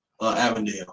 Avondale